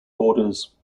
borders